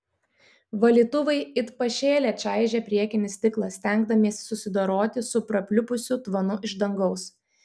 valytuvai it pašėlę čaižė priekinį stiklą stengdamiesi susidoroti su prapliupusiu tvanu iš dangaus